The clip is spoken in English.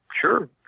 sure